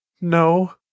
no